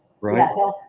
right